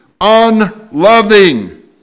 Unloving